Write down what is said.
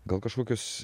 gal kažkokius